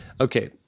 okay